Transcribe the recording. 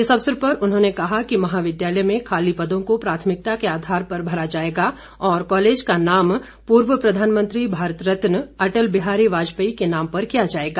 इस अवसर पर उन्होंने कहा कि महाविद्यालय में खाली पदों को प्राथमिकता के आधार पर भरा जाएगा और कॉलेज का नाम पूर्व प्रधानमंत्री भारत रत्न अटल बिहारी वाजपेयी के नाम पर किया जाएगा